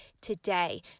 today